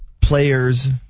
players